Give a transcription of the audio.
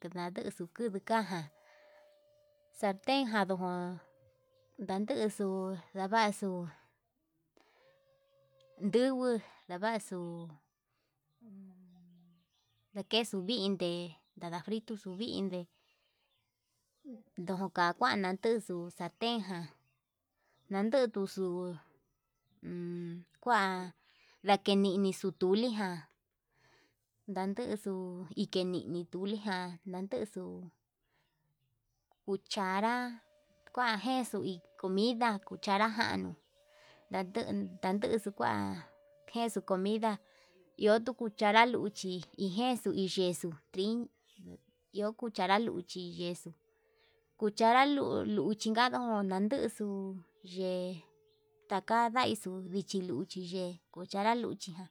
Kedadexu kuduu kaján santen jan nduu ndakexu ndavaxu, ndujuu ndavaxu ndakex vinde ndada frito vindee ndokan njuanan ndexuu santen ján nadetuxuu ummm kuan, lakeninixu tuli ján ndandexu ikelini tuli ján ndakexuu cuchaa njuan kexuu iin comida, cuchara januu ndandu ndankexu kuan kexuu comida iho tuu cuchara luchi ijexuu yexuu hi iho cuchara luchi, yexuu cuchara luu luchinkada luu londendexu yee taka ndaixu lichi luchi yee cuchara luchi ján,